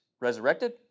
resurrected